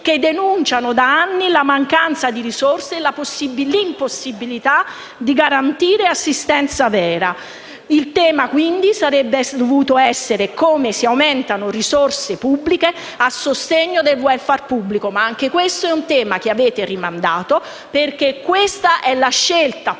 che denunciano da anni la mancanza di risorse e l'impossibilità di garantire assistenza vera. Il tema quindi sarebbe dovuto essere come aumentare le risorse pubbliche a sostegno del *welfare* pubblico. Anche questo è un tema che avete rimandato *(Applausi delle senatrici